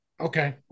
Okay